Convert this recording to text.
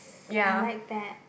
I like that